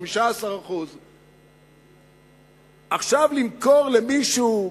15%. עכשיו למכור למישהו,